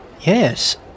Yes